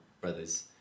brothers